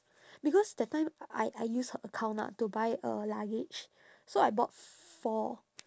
because that time I I use her account ah to buy a luggage so I bought four